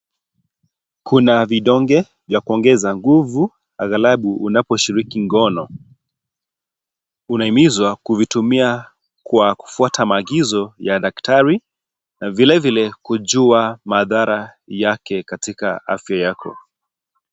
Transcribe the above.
Kuna vidonge vya kuongeza nguvu agalapu unaposhiriki ngono. Unaimizwa kwa kuvitumia kwa kufuata maagizo ya daktari na vilevile kujia madhara yake katika afya yako